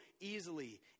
easily